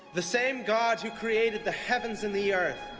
the same god who created the heavens and the earth,